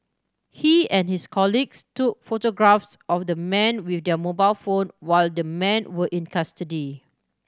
he and his colleagues took photographs of the men with their mobile phone while the men were in custody